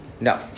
No